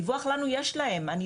דיווח לנו יש להם חובה,